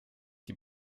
die